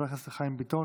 חבר הכנסת חיים ביטון,